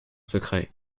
secret